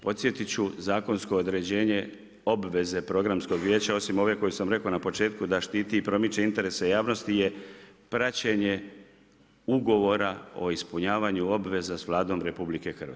Podsjetit ću zakonsko određenje obveze Programskog vijeća osim ove koju sam rekao na početku da štiti i promiče interese javnosti je praćenje ugovora o ispunjavanju obveza s Vladom RH.